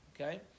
Okay